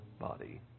body